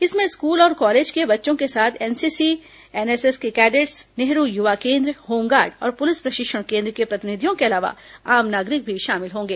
इसमें स्कूल और कॉलेज के बच्चों के साथ एनसीसी एनएसएस के कैडेट्स नेहरू युवा केन्द्र होमगार्ड और पुलिस प्रशिक्षण केन्द्र के प्रतिनिधियों के अलावा आम नागरिक भी शामिल होंगे